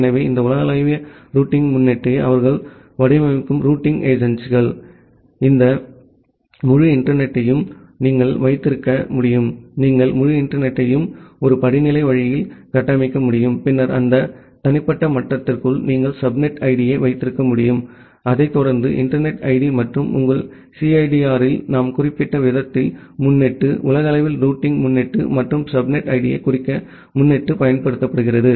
எனவே இந்த உலகளாவிய ரூட்டிங் முன்னொட்டை அவர்கள் வடிவமைக்கும் ரூட்டிங் ஏஜென்சிகள் இந்த முழு இன்டர்நெட் த்தையும் நீங்கள் வைத்திருக்க முடியும் நீங்கள் முழு இன்டர்நெட்யில் ஒரு படிநிலை வழியில் கட்டமைக்க முடியும் பின்னர் அந்த தனிப்பட்ட மட்டத்திற்குள் நீங்கள் சப்நெட் ஐடியை வைத்திருக்க முடியும் அதைத் தொடர்ந்து இன்டர்நெட் ஐடி மற்றும் உங்கள் சிஐடிஆரில் நாம் குறிப்பிட்ட விதத்தில் முன்னொட்டு உலகளவில் ரூட்டிங் முன்னொட்டு மற்றும் சப்நெட் ஐடியைக் குறிக்க முன்னொட்டு பயன்படுத்தப்படுகிறது